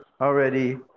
already